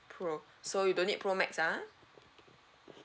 pro so you don't need pro max ah